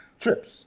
trips